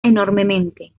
enormemente